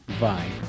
Bye